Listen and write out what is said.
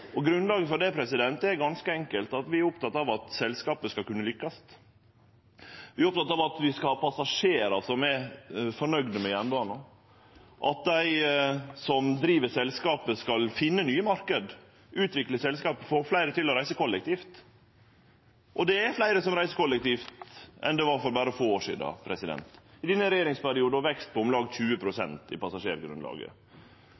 Grunnlaget for det er ganske enkelt at vi er opptekne av at selskapet skal kunne lykkast. Vi er opptekne av at vi skal ha passasjerar som er fornøgde med jernbana, at dei som driv selskapet, skal finne nye marknader, utvikle selskapet og få fleire til å reise kollektivt. Og det er fleire som reiser kollektivt enn det var for berre få år sidan. I denne regjeringsperioden er det ein vekst i passasjergrunnlaget på om lag 20